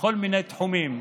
לכל מיני תחומים.